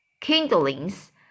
kindlings